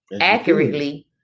accurately